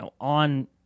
on